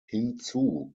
hinzu